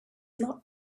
not